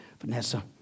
Vanessa